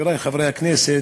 חברי חברי הכנסת,